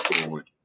forward